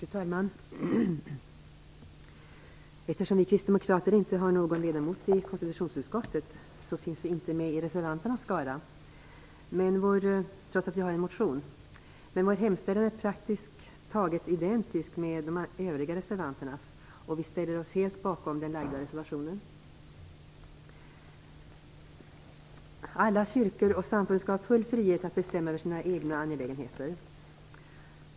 Fru talman! Eftersom vi kristdemokrater inte har någon ledamot i konstitutionsutskottet finns vi inte med i reservanternas skara, trots att vi har en motion. Men vår hemställan där är praktiskt taget identisk med reservanternas hemställan, och vi ställer oss därför helt bakom reservationen. Alla kyrkor och samfund skall ha full frihet att bestämma över sina egna angelägenheter.